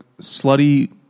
Slutty